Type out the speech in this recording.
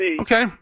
Okay